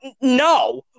No